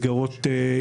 לפנייה.